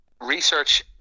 research